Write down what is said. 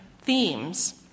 themes